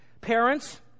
Parents